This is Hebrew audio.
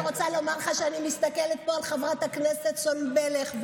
ואני רוצה לומר לך שאני מסתכלת פה על חברת הכנסת סון הר מלך,